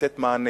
לתת מענה